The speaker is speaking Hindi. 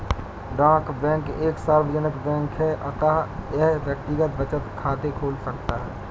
डाक बैंक एक सार्वजनिक बैंक है अतः यह व्यक्तिगत बचत खाते खोल सकता है